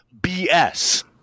BS